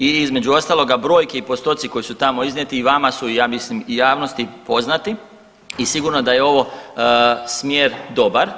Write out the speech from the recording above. I između ostaloga brojke i postoci koji su tamo iznijeti i vama su ja mislim i javnosti poznati i sigurno da je ovo smjer dobar.